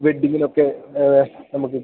വെഡ്ഡിങ്ങിനൊക്കെ നമുക്ക്